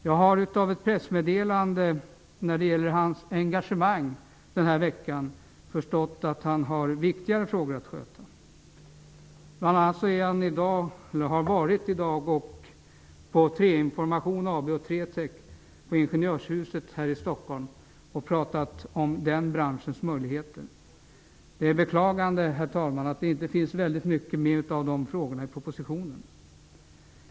Jag har av ett pressmeddelande om hans engagemang denna vecka förstått att han har viktigare frågor att sköta. Han har bl.a. i dag träffat representanter för Träinformation AB och Trätek på Ingenjörshuset här i Stockholm och talat om trävarubranschens möjligheter. Det är att beklaga, herr talman, att det inte finns mycket mer om sådana frågor i propositionen.